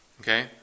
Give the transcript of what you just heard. Okay